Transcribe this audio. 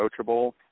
coachable